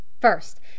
first